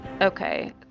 Okay